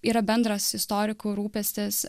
yra bendras istorikų rūpestis